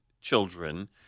children